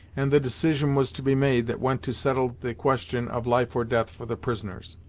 and the decision was to be made that went to settle the question of life or death for the prisoners.